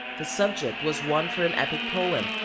the subject was one for an epic poem,